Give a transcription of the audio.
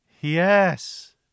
Yes